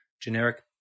generic